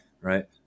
Right